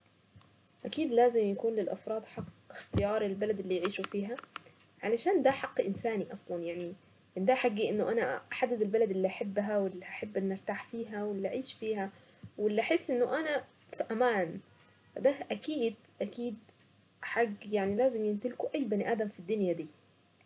اكيد لازم يكون للافراد حق اختيار البلد اللي يعيشوا فيها علشان دا حق انساني اصلا يعني دا حقي انه انا احدد البلد اللي احبها واللي احب اني ارتاح فيها واللي اعيش فيها واللي احس انه انا في امان بس اكيد اكيد حق يعني لازم يمتلكوا اي بني ادم في الدنيا دي.